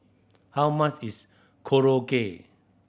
how much is Korokke